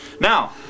now